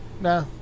No